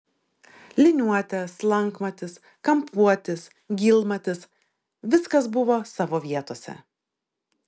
liniuotė slankmatis kampuotis gylmatis viskas buvo savo vietose